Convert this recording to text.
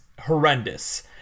horrendous